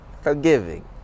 forgiving